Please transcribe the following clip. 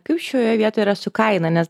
kaip šioje vietoj yra su kaina nes